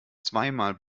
zweimal